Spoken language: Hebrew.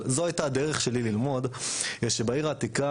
אבל זאת הייתה הדרך שלי ללמוד שבעיר העתיקה